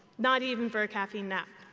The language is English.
not even for a caffeine nap.